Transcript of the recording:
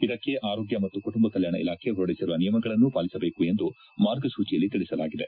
ಇದಕ್ಕೆ ಆರೋಗ್ಯ ಮತ್ತು ಕುಟುಂಬ ಕಲ್ಯಾಣ ಇಲಾಖೆ ಹೊರಡಿಸಿರುವ ನಿಯಮಗಳನ್ನು ಪಾಲಿಸಬೇಕು ಎಂದು ಮಾರ್ಗಸೂಚಿಯಲ್ಲಿ ತಿಳಿಸಲಾಗಿದೆ